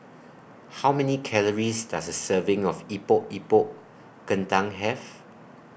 How Many Calories Does A Serving of Epok Epok Kentang Have